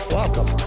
Welcome